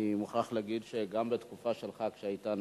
אני מוכרח להגיד שגם בתקופה שלך כנשיא,